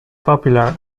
popular